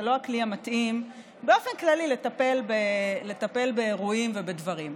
זה לא הכלי המתאים באופן כללי לטפל באירועים ובדברים.